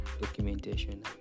documentation